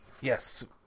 Yes